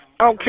Okay